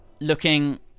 looking